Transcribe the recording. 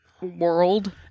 world